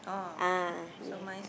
ah ya